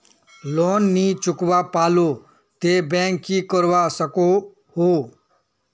Loan नी चुकवा पालो ते बैंक की करवा सकोहो?